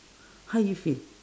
how you feel